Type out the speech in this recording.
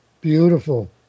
Beautiful